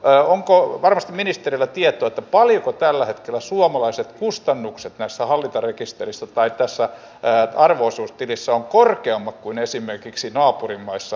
varmasti ministerillä on tietoa paljonko tällä hetkellä suomalaiset kustannukset tästä arvo osuustilistä ovat korkeammat kuin esimerkiksi naapurimaissa tällä hetkellä